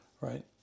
Right